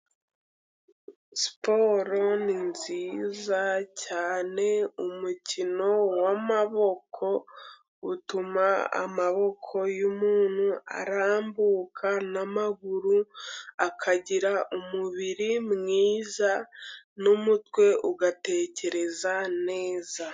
Siporo ni nziza cyane, umukino w'amaboko utuma amaboko yumuntu arambuka, n'amaguru. Akagira umubiri mwiza n'umutwe ugatekereza neza.